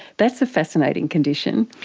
that's a fascinating condition.